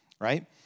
right